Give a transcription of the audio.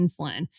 insulin